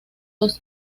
dos